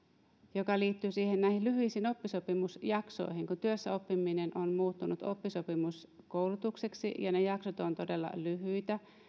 joka liittyy lyhyisiin oppisopimusjaksoihin kun työssäoppiminen on muuttunut oppisopimuskoulutukseksi ja ne oppisopimusjaksot ovat todella lyhyitä